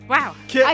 Wow